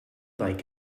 like